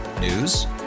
News